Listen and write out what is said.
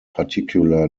particular